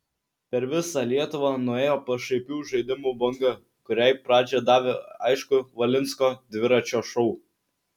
per visą lietuvą nuėjo pašaipių žaidimų banga kuriai pradžią davė aišku valinsko dviračio šou